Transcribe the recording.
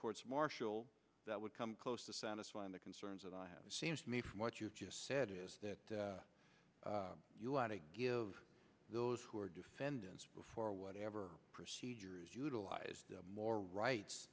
courts martial that would come close to satisfy the concerns that i have it seems to me from what you've just said is that you want to give those who are defendants before or whatever procedures utilized more rights